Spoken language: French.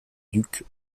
duc